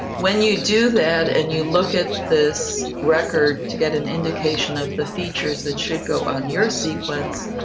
when you do that and you look at this record to get an indication of the features that should go on your sequence,